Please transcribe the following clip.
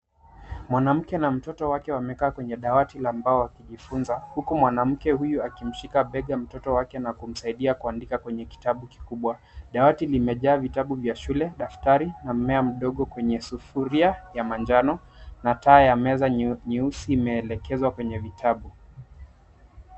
Mwanamke na mtoto wake wamekaa kwenye dawati la mbao wakijifunza, huku mwanamke huyu akimshika bega mtoto wake na kumsaidia kuandika kwenye kitabu kikubwa. Dawati limejaa vitabu vya shule, daftari na mmea mdogo kwenye sufuria ya manjano na taa ya meza nyeusi imeelekezwa kwenye vitabu.